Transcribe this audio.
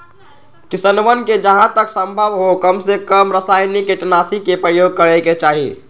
किसनवन के जहां तक संभव हो कमसेकम रसायनिक कीटनाशी के प्रयोग करे के चाहि